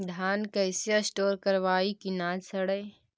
धान कैसे स्टोर करवई कि न सड़ै?